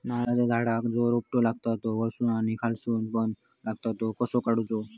नारळाच्या झाडांका जो रोटो लागता तो वर्सून आणि खालसून पण लागता तो कसो काडूचो?